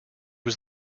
was